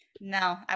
no